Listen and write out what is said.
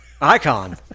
icon